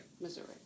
Missouri